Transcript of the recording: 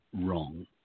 wrong